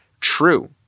True